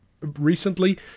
Recently